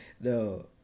No